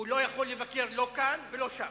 הוא לא יכול לבקר לא כאן ולא שם.